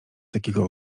takiego